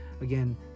again